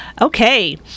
Okay